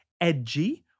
edgy